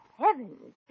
heavens